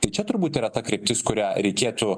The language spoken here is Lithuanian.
tai čia turbūt yra ta kryptis kurią reikėtų